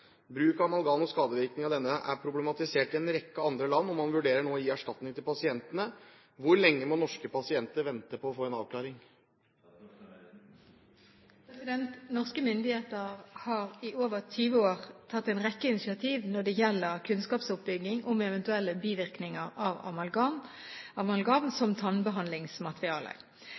av amalgam og skadevirkningene av denne er problematisert i en rekke andre land, og man vurderer nå å gi erstatning til pasientene. Hvor lenge må norske pasienter vente på å få en avklaring?» Norske myndigheter har i over 20 år tatt en rekke initiativ når det gjelder kunnskapsoppbygging om eventuelle bivirkninger av amalgam som